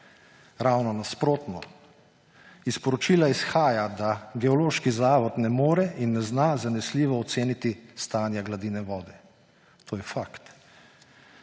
Ravno nasprotno, iz poročila izhaja, da Geološki zavod ne more in ne zna zanesljivo oceniti stanja gladine vode. To je fakt.